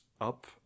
up